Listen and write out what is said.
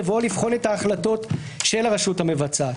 בבואו לבחון את ההחלטות של הרשות המבצעת.